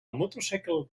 motorcycle